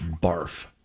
Barf